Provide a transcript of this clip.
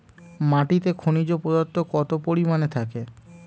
মাটিতে খনিজ পদার্থ কত পরিমাণে থাকে?